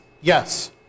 Yes